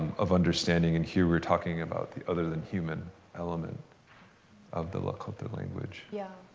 of understanding. and here were talking about the other than human element of the lakota language. yeah.